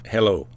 Hello